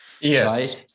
Yes